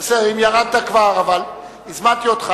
אם ירדת כבר, אבל הזמנתי אותך.